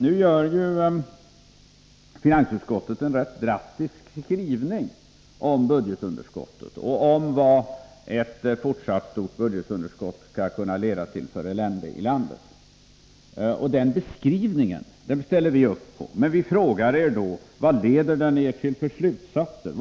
Nu har finansutskottet en rätt drastisk skrivning om budgetunderskottet och om vad ett fortsatt stort budgetunderskott skulle kunna leda till för elände i landet. Den beskrivningen ställer vi oss bakom, men vi frågar samtidigt: Vad leder den er till för slutsatser?